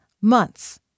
months